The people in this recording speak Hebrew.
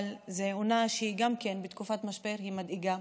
אבל זו עונה שהיא בתקופת משבר והיא מדאיגה.